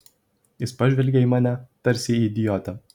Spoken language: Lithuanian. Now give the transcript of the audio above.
jis pažvelgė į mane tarsi į idiotę